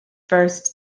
burst